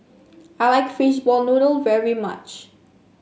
I like Fishball Noodle very much